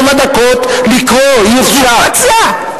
חלק מסיעת ישראל ביתנו העלו את הדרישה הזאת.